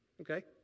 Okay